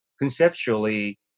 conceptually